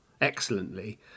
excellently